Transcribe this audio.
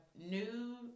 new